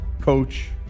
coach